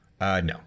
no